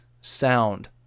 sound